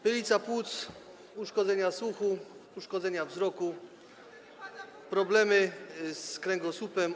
Pylica płuc, uszkodzenia słuchu, uszkodzenia wzroku, problemy z kręgosłupem.